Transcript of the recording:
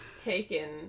taken